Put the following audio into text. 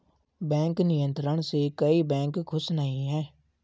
bank नियंत्रण से कई बैंक खुश नही हैं